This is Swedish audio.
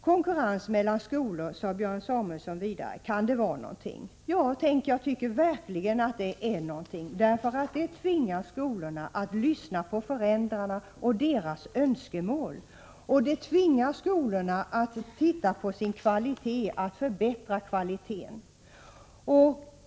Konkurrens mellan skolor — kan det vara någonting?, sade Björn Samuelson vidare. Ja, tänk, jag tycker verkligen att det är någonting! Det tvingar skolorna att lyssna på föräldrarna och deras önskemål, och det tvingar skolorna att titta närmare på sin kvalitet och förbättra den.